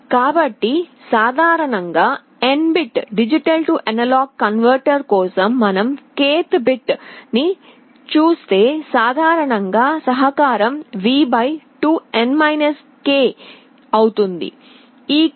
కాబట్టి సాధారణంగా N bit D A converter కోసం మనం k th బిట్ ని చూస్తే సాధారణంగా సహకారం V 2N k అవుతుంది